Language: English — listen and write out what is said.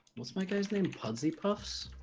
what's my guy's name puzzy puffs